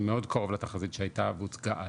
מאוד קרוב לתחזית שהייתה והוצגה אז.